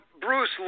Bruce